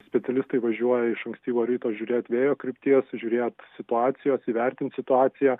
specialistai važiuoja iš ankstyvo ryto žiūrėt vėjo krypties žiūrėt situacijos įvertint situaciją